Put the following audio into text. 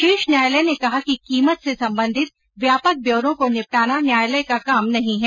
शीर्ष न्यायालय ने कहा कि कीमत से संबंधित व्यापक ब्यौरों को निपटाना न्यायालय का काम नहीं है